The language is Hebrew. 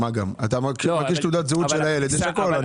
אם אתה מקיש את תעודת הזהות של הילד יש הכל.